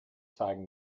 zeigen